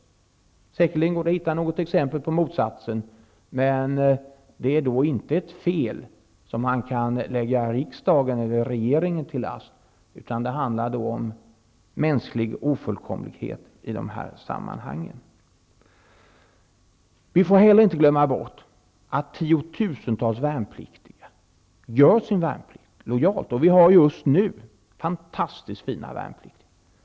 Det går säkerligen att hitta något exempel på motsatsen, men det kan man inte lägga riksdag och regering till last, utan det handlar då om mänsklig ofullkomlighet. Man skall heller inte glömma bort att tiotusentals värnpliktiga är lojala och gör sin värnplikt. Vi har just nu fantastiskt fina värnpliktiga.